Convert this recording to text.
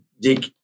Dick